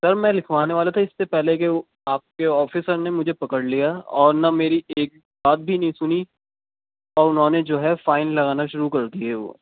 سر میں لکھوانے والا تھا اس سے پہلے کہ وہ آپ کے آفیسر نے مجھے پکڑ لیا اور نہ میری ایک بات بھی نہیں سنی اور انہوں نے جو ہے فائن لگانا شروع کر دیے وہ